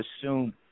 assume